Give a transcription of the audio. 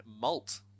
malt